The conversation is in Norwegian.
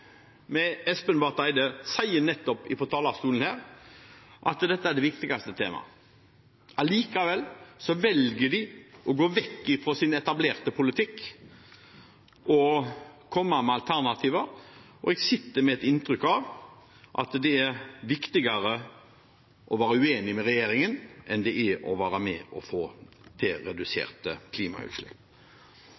med alternativer, og jeg sitter med et inntrykk av at det er viktigere å være uenig med regjeringen enn det er å være med og få til